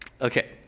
Okay